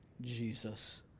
Jesus